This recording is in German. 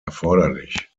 erforderlich